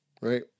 right